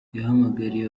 yahamagariye